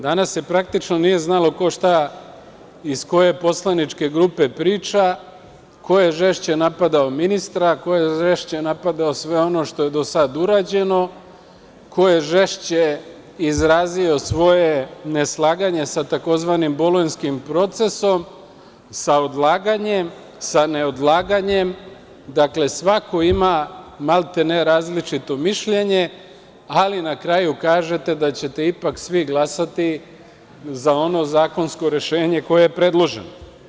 Danas se praktično nije znalo ko šta iz koje poslaničke grupe priča, ko je žešće napadao ministra, ko je žešće napadao sve ono što je do sad urađeno, ko je žešće izrazio svoje neslaganje sa tzv. bolonjskim procesom, sa odlaganjem, sa neodlaganjem, dakle svako ima maltene različito mišljenje, ali na kraju kažete da ćete ipak svi glasati za ono zakonsko rešenje koje je predloženo.